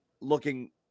looking